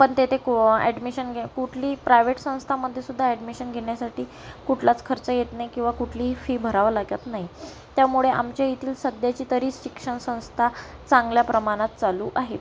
पण तेथे को ॲडमिशन कुठलीही प्रायवेट संस्थामध्ये सुद्धा ॲडमिशन घेण्यासाठी कुठलाच खर्च येत नाही किंवा कुठलीही फी भरावी लागत नाही त्यामुळे आमच्याइथली सध्याची तरी शिक्षण संस्था चांगल्या प्रमाणात चालू आहे